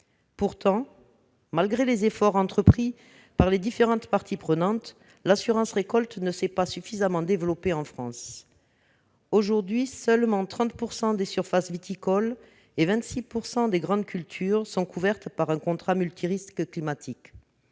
Pourtant, malgré les efforts entrepris par les différentes parties prenantes, cette assurance ne s'est pas suffisamment développée en France. Aujourd'hui, seules 30 % des surfaces viticoles et 26 % des grandes cultures sont couvertes par un contrat multirisque climatique.